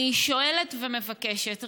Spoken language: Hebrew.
אני שואלת ומבקשת,